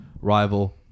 rival